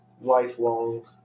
lifelong